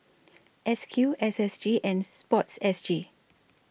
S Q S S G and Sports S G